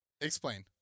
Explain